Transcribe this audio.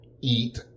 eat